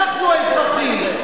אנחנו האזרחים.